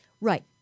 right